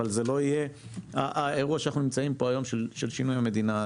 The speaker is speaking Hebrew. אבל זה לא יהיה האירוע שאנחנו נמצאים פה היום של שינוי המדינה.